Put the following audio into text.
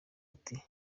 ati